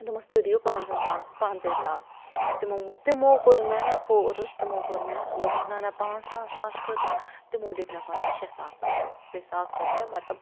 دوٚپمَس تُہۍ دِیُو پانٛژَن ساس پانٛژٕے ساس تِمَو ووٚن تِمَو کوٚر مےٚ فورٕس تِمو کوٚر مےٚ دوٚپُکھ نہَ نہَ پانٛژھ ساس اَتھ خٲطرٕ تِمَو دِتۍ مےٚ پتہٕ شےٚ ساس رۄپیہِ بیٚیہِ ساس رۄپیہِ مطلب